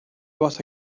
was